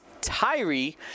Tyree